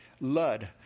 Lud